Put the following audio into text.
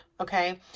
Okay